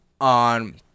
on